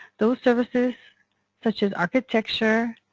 those services such as architecture,